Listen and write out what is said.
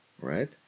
right